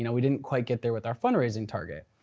you know we didn't quite get there with our fundraising target.